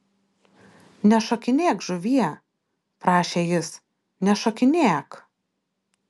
nešokinėk žuvie prašė jis nešokinėk